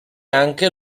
anche